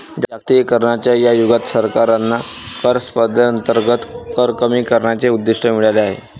जागतिकीकरणाच्या युगात सरकारांना कर स्पर्धेअंतर्गत कर कमी करण्याचे उद्दिष्ट मिळाले आहे